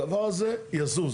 הדבר הזה יזוז.